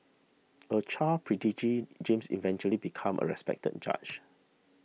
a child prodigy James eventually became a respected judge